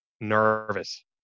nervous